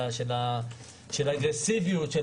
של האגרסיביות.